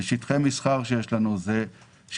זה שטחי המסחר שיש לנו באגם,